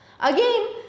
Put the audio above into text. Again